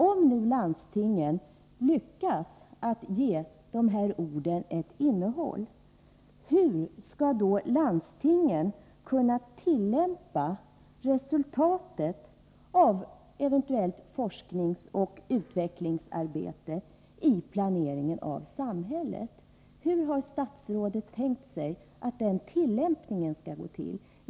Om nu landstingen lyckas att ge sådana ord ett innehåll, hur skall de då kunna tillämpa resultatet av eventuellt forskningsoch utvecklingsarbete i samhällsplaneringen? Hur har statsrådet tänkt sig att den tillämpningen skall gå till?